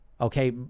okay